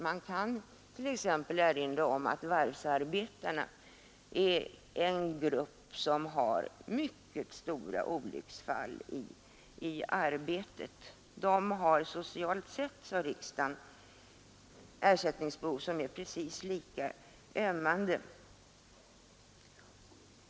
Man kan t.ex. erinra om att varvsarbetarna är en grupp som har många olycksfall i arbetet. De har socialt sett, menade riksdagen, ersättningsbehov som är precis lika ömmande.